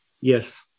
Yes